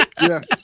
Yes